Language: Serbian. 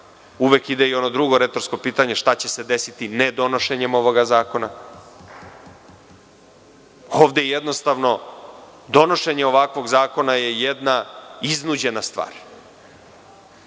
uvek ide i ono drugo retorsko pitanje – šta će se desiti ne donošenjem ovog zakona. Ovde jednostavno je donošenje ovog zakona iznuđena stvar.